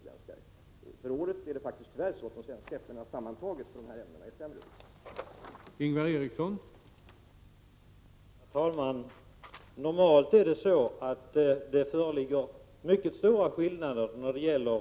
Beträffande årets frukt är det tyvärr så, att de svenska äpplena sammantaget är sämre än de utländska när det gäller förekomsten av nämnda ämnen.